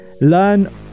Learn